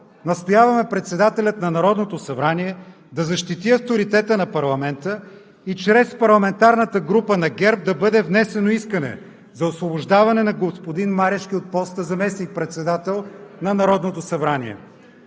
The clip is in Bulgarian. настояваме председателят на Народното събрание да защити авторитета на парламента и чрез парламентарната група на ГЕРБ да бъде внесено искане за освобождаване на господин Марешки от поста заместник председател на Народното събрание.